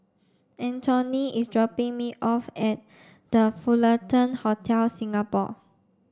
Antionette is dropping me off at The Fullerton Hotel Singapore